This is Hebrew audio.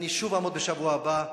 אני שוב אעמוד בשבוע הבא,